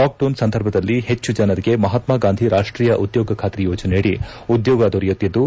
lockdown ಸಂದರ್ಭದಲ್ಲಿ ಹೆಚ್ಚು ಜನರಿಗೆ ಮಹತ್ಮಾಗಾಂಧಿ ರಾಷ್ಟೀಯ ಉದ್ಯೋಗ ಖಾತ್ರಿ ಯೋಜನೆಯಡಿ ಉದ್ಯೋಗ ದೊರೆಯುತ್ತಿದ್ದು